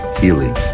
healing